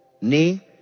Knee